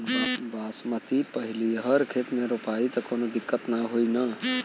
बासमती पलिहर में रोपाई त कवनो दिक्कत ना होई न?